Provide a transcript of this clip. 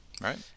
Right